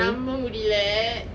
நம்ப முடிலே:namba mudile